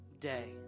day